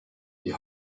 die